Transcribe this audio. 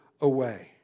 away